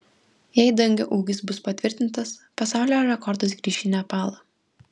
jei dangio ūgis bus patvirtintas pasaulio rekordas grįš į nepalą